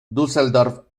düsseldorf